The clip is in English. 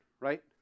right